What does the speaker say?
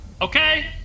Okay